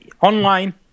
online